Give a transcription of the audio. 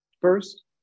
First